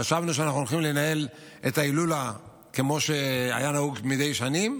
חשבנו שאנחנו הולכים לנהל את ההילולה כמו שהיה נהוג מדי שנה,